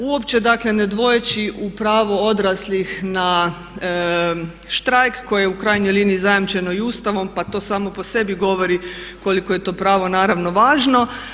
Uopće dakle ne dvojeći u pravo odraslih na štrajk koje u krajnjoj liniji zajamčeno i Ustavom pa to samo po sebi govori koliko je to pravo naravno važno.